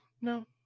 No